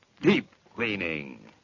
Deep-cleaning